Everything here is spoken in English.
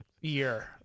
year